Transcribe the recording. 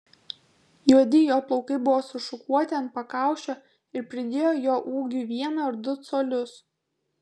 juodi jo plaukai buvo sušukuoti ant pakaušio ir pridėjo jo ūgiui vieną ar du colius